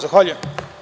Zahvaljujem.